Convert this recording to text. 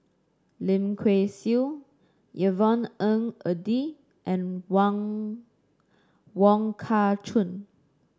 Lim Kay Siu Yvonne Ng Uhde and Wong Wong Kah Chun